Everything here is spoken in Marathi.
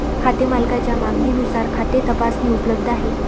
खाते मालकाच्या मागणीनुसार खाते तपासणी उपलब्ध आहे